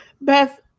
Beth